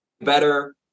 better